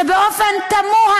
שבאופן תמוה,